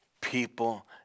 People